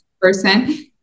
person